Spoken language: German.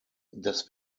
das